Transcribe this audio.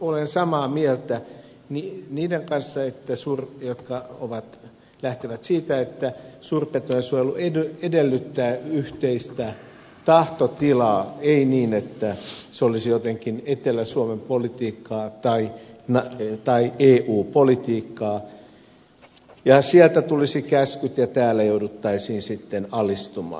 olen samaa mieltä niiden kanssa jotka lähtevät siitä että suurpetojen suojelu edellyttää yhteistä tahtotilaa ei niin että se olisi jotenkin etelä suomen politiikkaa tai eu politiikkaa ja sieltä tulisivat käskyt ja täällä jouduttaisiin sitten alistumaan